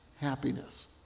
happiness